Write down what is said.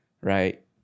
right